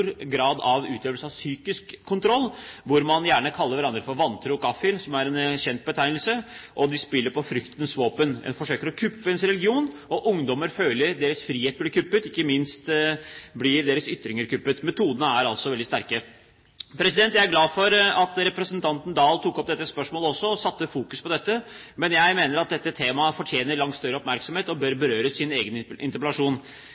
grad av psykisk kontroll. De kaller hverandre gjerne for vantro – kafir, som er en kjent betegnelse – og de bruker fryktens våpen. En forsøker å kuppe ens religion, og ungdommer føler at deres frihet blir kuppet – ikke minst blir deres ytringer kuppet. Metodene er altså veldig sterke. Jeg er glad for at representanten Dahl tok opp dette spørsmålet, satte fokus på dette, men jeg mener at dette temaet fortjener en langt større oppmerksomhet og bør berøres i en egen interpellasjon.